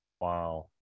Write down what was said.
Wow